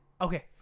Okay